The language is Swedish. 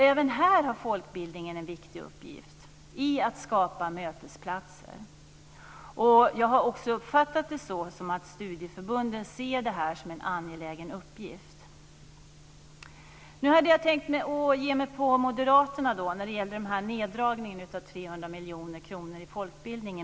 Även här har folkbildningen en viktig uppgift i att skapa mötesplatser. Jag har också uppfattat det som att studieförbunden ser det här som en angelägen uppgift. Nu hade jag tänkt mig att ge mig på moderaterna när det gäller neddragningen med 300 miljoner kronor i fråga om folkbildning.